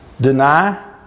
deny